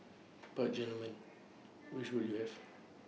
but gentlemen which would you have